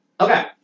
Okay